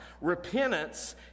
repentance